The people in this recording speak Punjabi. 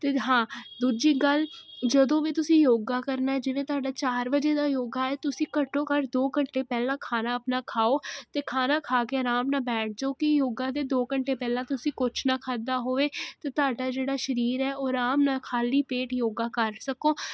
ਤੇ ਹਾਂ ਦੂਜੀ ਗੱਲ ਜਦੋਂ ਵੀ ਤੁਸੀਂ ਯੋਗਾ ਕਰਨਾ ਐ ਜਿਵੇਂ ਤਾਡਾ ਚਾਰ ਵਜੇ ਦਾ ਯੋਗਾ ਐ ਤੁਸੀਂ ਘੱਟੋ ਘੱਟ ਦੋ ਘੰਟੇ ਪਹਿਲਾਂ ਖਾਣਾ ਆਪਣਾ ਖਾਓ ਤੇ ਖਾਣਾ ਖਾ ਕੇ ਅਰਾਮ ਨਾਲ ਬੈਠ ਜੋ ਕੀ ਯੋਗਾ ਦੇ ਦੋ ਘੰਟੇ ਪਹਿਲਾਂ ਤੁਸੀਂ ਕੁਛ ਨਾ ਖਾਦਾ ਹੋਵੇ ਤੇ ਤਾਡਾ ਜਿਹੜਾ ਸ਼ਰੀਰ ਐ ਉਹ ਅਰਾਮ ਨਾਲ ਖਾਲੀ ਪੇਟ ਯੋਗਾ ਕਰ ਸਕੋ